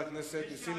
תנסה